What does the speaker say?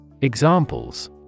Examples